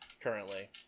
currently